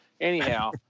Anyhow